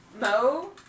Mo